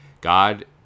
God